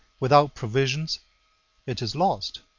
without provisions it is lost